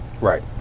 Right